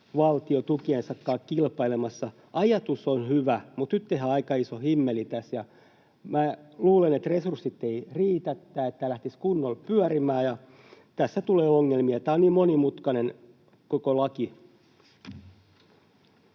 valtio tukiensa kanssa kilpailemassa. Ajatus on hyvä, mutta nyt tehdään aika iso himmeli tässä. Minä luulen, että resurssit eivät riitä tähän, että tämä lähtisi kunnolla pyörimään, ja tässä tulee ongelmia. Tämä on niin monimutkainen koko laki.